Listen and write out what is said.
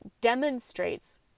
demonstrates